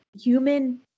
human